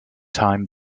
time